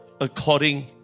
according